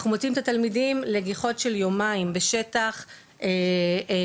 אנחנו מוציאים את התלמידים לגיחות של יומיים בשטח נקי,